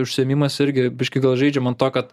užsiėmimas irgi biškį gal žaidžiam ant to kad